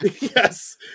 Yes